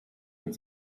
mit